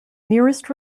nearest